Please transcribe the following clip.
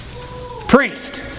Priest